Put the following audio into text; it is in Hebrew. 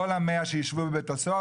שכל ה-100 ישבו בבית הסוהר,